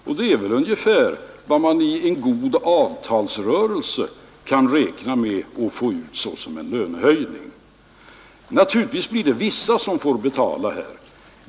Detta torde vara ungefär vad man kan räkna med att få ut såsom en lönehöjning i en god avtalsrörelse. Naturligtvis blir det vissa som får betala detta.